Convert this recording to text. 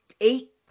eight